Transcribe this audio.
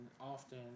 often